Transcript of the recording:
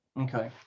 okay